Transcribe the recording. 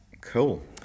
cool